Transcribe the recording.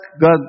God